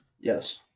Yes